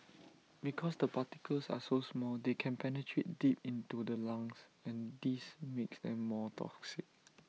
because the particles are so small they can penetrate deep into the lungs and this makes them more toxic